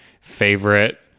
favorite